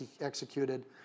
executed